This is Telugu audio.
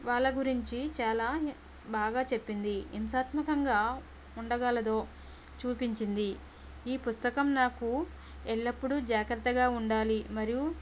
వాళ్ళ గురించి చాలా బాగా చెప్పింది హింసాత్మకంగా ఉండగలదో చూపించింది ఈ పుస్తకం నాకు ఎల్లప్పుడూ జాగ్రత్తగా ఉండాలి మరియు